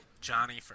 Johnny